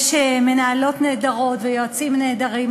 יש מנהלות נהדרות ויועצים נהדרים,